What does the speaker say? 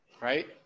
Right